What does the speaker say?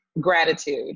gratitude